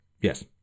Yes